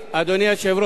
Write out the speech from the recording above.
אני יכול לומר לך,